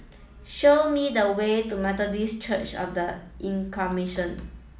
show me the way to Methodist Church Of The Incarnation